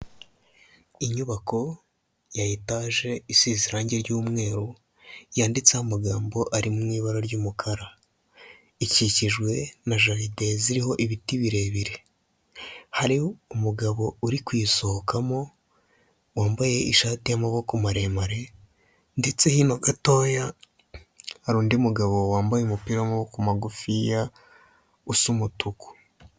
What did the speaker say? Inyubako ya etaje isize irange ry'umweru yanditseho amagambo ari mu ibara ry'umukara, ikikijwe na jaride ziriho ibiti birebire, hari umugabo uri kuyisohokamo wambaye ishati y'amaboko maremare ndetse hino gatoya hari undi mugabo wambaye umupira w'amaboko magufiya usa umutuku.